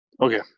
Okay